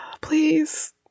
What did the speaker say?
Please